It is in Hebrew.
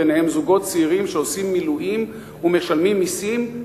ביניהם זוגות צעירים שעושים מילואים ומשלמים מסים,